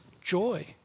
joy